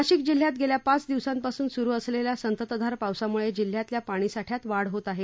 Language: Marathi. नाशिक जिल्ह्यात गेल्या पाच दिवसांपासून सुरू असलेल्या संततधार पावसामुळे जिल्ह्यातील पाणी साठ्यात वाढ होत आहे